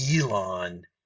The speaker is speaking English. Elon